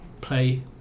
play